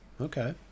Okay